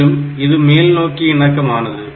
மேலும் இது மேல்நோக்கி இணக்கமானது